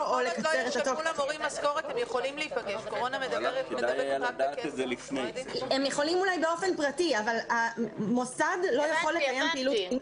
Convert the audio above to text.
המורים אולי יכולים להיפגש באופן פרטי אבל מוסד לא יכול לקיים פעילות.